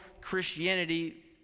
Christianity